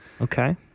Okay